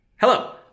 Hello